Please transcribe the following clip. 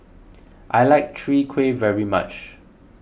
I like Chwee Kueh very much